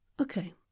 Okay